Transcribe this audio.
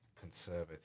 conservative